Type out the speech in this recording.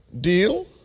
Deal